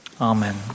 Amen